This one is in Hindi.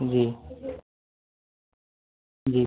जी जी